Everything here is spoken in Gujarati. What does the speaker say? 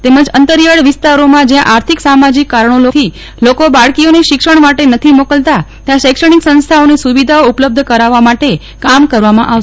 તેમજ અંતરિથાળ વિસ્તારોમાં જ્યાં આર્થિક સામાજિક કારણોથી લોકો બાળકીઓને શિક્ષણ માટે નથી મોકલતા ત્યાં શૈક્ષણિક સંસ્તાઓને સુવિધા ઉપલબ્ધ કરાવવા માટે કામ કરવામાં આવશે